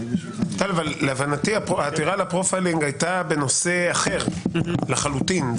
להבנתי העתירה לפרופיילינג הייתה בנושא אחר לחלוטין.